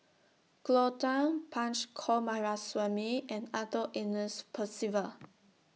Cleo Thang Punch Coomaraswamy and Arthur Ernest Percival